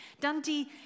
Dundee